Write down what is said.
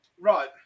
Right